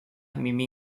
mimi